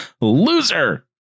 Loser